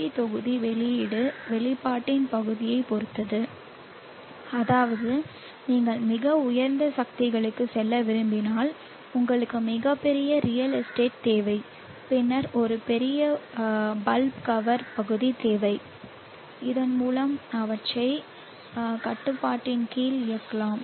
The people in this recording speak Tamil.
வி தொகுதி வெளியீடு வெளிப்பாட்டின் பகுதியைப் பொறுத்தது அதாவது நீங்கள் மிக உயர்ந்த சக்திகளுக்கு செல்ல விரும்பினால் உங்களுக்கு மிகப் பெரிய ரியல் எஸ்டேட் தேவை பின்னர் ஒரு பெரிய பல்ப் கவர் பகுதி தேவை இதன் மூலம் அவற்றை உங்கள் கட்டுப்பாட்டின் கீழ் இயக்கலாம்